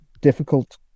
difficult